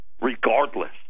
regardless